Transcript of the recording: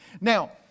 Now